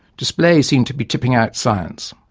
display seemed to be tipping out science.